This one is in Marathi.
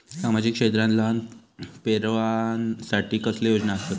सामाजिक क्षेत्रांत लहान पोरानसाठी कसले योजना आसत?